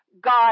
God